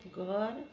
घर